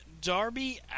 Darby